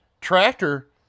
tractor